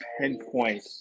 pinpoint